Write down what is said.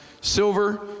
silver